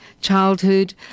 childhood